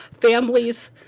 families